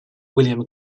william